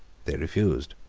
they refused.